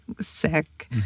sick